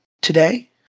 Today